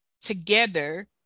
together